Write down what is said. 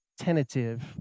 tentative